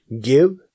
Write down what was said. give